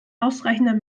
ausreichender